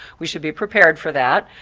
we should be prepared for that.